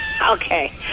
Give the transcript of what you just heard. Okay